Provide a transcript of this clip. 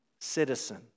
citizen